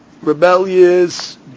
rebellious